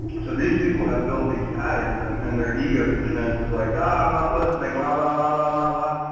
so these people have built these patterns and and their ego defenses like i'm not listening la la la la la la.